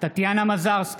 טטיאנה מזרסקי,